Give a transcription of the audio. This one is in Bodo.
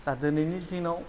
दा दिनैनि दिनाव